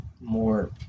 more